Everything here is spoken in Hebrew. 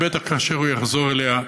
בטח כאשר הוא יחזור אליה.